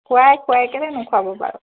খুৱাই খুৱাই কেলে নুখুৱাব বাৰু